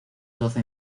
doce